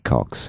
Cox